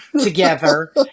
together